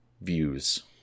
views